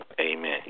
Amen